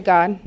God